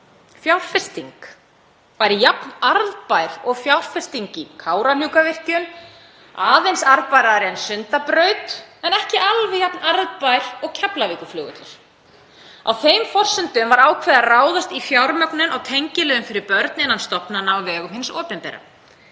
fjárfesting — væri jafn arðbær og fjárfesting í Kárahnjúkavirkjun, aðeins arðbærari en Sundabraut en ekki alveg jafn arðbær og Keflavíkurflugvöllur. Á þeim forsendum var ákveðið að ráðast í fjármögnun á tengiliðum fyrir börn innan stofnana á vegum hins opinbera.